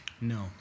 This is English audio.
No